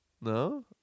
No